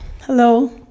Hello